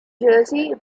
jersey